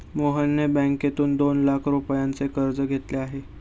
मोहनने बँकेतून दोन लाख रुपयांचे कर्ज घेतले आहे